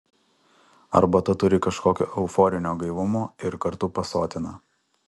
arbata turi kažkokio euforinio gaivumo ir kartu pasotina